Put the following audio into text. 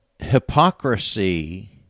hypocrisy